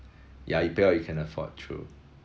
ya you pay what you can afford true